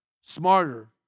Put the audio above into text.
smarter